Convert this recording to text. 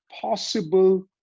possible